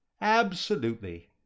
Absolutely